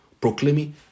proclaiming